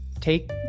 take